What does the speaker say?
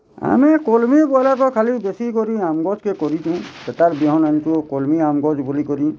ଆମେ କଲ୍ମି ବଏଲେ ତ ଖାଲି ବେଶି କରି ଆମ୍ବ ଗଛ୍କେ କରିଛୁ ସେଟାର୍ ବିହନ୍ ଜାନିଛୁ କଲ୍ମି ଆମ୍ବ୍ ଗଛ୍ ବଲିକରି